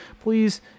please